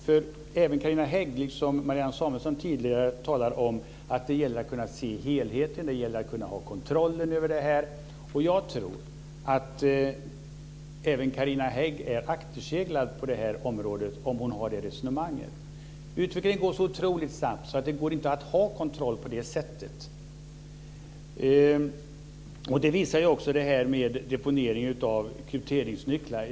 Det gäller, Carina Hägg - som Marianne Samuelsson tidigare talade om - att kunna se helheten och att kunna ha kontroll över detta. Jag tror att även Carina Hägg är akterseglad på området om hon för nämnda resonemang. Utvecklingen går så otroligt snabbt att det inte går att ha kontroll på det sättet. Det visar också detta med deponering av krypteringsnycklar.